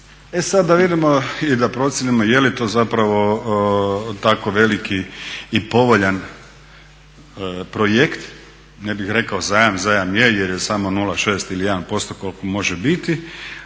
E sad da vidimo i da procijenimo je li to zapravo tako veliki i povoljan projekt, ne bih rekao zajam. Zajam je jer je samo 0,6 ili 1% koliko može biti.